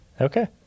Okay